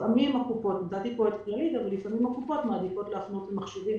לפעמים הקופות מעדיפות להפנות למכשירים